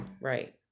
Right